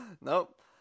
Nope